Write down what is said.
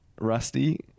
Rusty